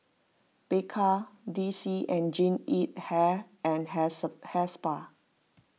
Bika D C and Jean Yip Hair and hairs Hair Spa